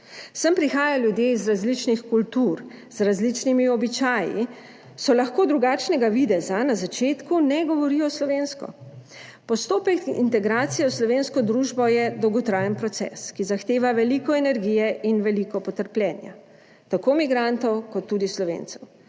Sem prihajajo ljudje iz različnih kultur, z različnimi običaji, so lahko drugačnega videza, na začetku ne govorijo slovensko. Postopek integracije v slovensko družbo je dolgotrajen proces, ki zahteva veliko energije in veliko potrpljenja, tako migrantov kot tudi Slovencev.